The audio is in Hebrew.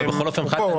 הוא פה,